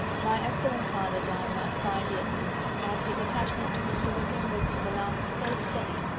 my excellent father died about five years ago and his attachment to mr. wickham was to the last so steady,